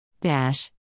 Dash